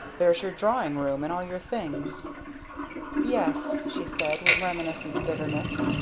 there's your drawing-room and all your things yes, she said, with reminiscent bitterness,